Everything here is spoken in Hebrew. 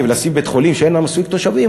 ולשים בית-חולים שאין שם מספיק תושבים,